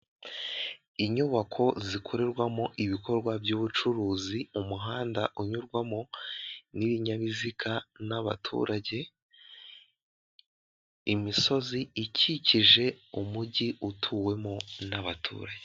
Inyubako zikorerwamo ibikorwa by'ubucuruzi, umuhanda unyurwamo n'ibinyabiziga n'abaturage, imisozi ikikije umujyi utuwemo n'abaturage.